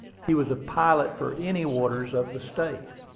he was a pilot for any waters of the state.